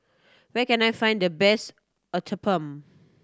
where can I find the best Uthapam